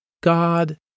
God